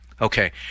Okay